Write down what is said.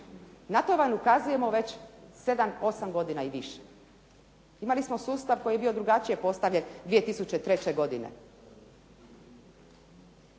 Na to vam ukazujemo već sedam, osam godina i više. Imali smo sustav koji je bio drugačije postavljen 2003. godine.